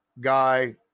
guy